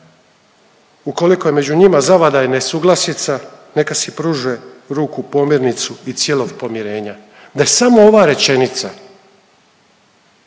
ukoliko među njima zavlada i nesuglasica neka si pruže ruku pomirnicu i cijelog pomirenja. Da je samo ova rečenica